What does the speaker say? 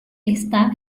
está